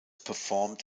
performed